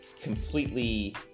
completely